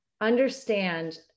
understand